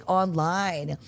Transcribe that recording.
online